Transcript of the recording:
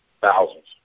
thousands